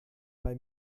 bei